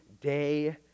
day